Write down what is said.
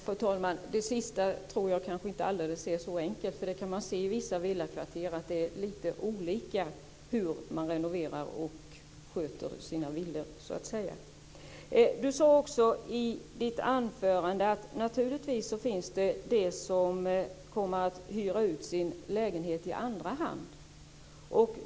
Fru talman! Det sista tror jag inte är så enkelt. Man kan i vissa villakvarter se att det förhåller sig på lite olika sätt hur man renoverar och sköter sina villor. Ewa Thalén Finné sade i sitt anförande att det naturligtvis finns en del människor som kommer att hyra ut sin lägenhet i andra hand.